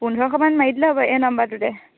পোন্ধৰশমান মাৰি দিলেই হ'ব এই নাম্বাৰটোতে